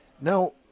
Now